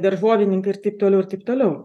daržovininkai ir taip toliau ir taip toliau